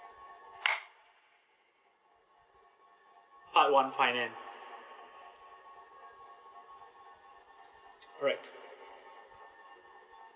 part one finance alright